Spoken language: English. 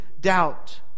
doubt